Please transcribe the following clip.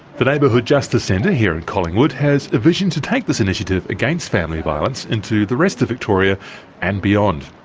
the neighbourhood justice centre here in collingwood has a vision to take this initiative against family violence into the rest of victoria and beyond.